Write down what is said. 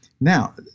Now